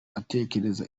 atekereje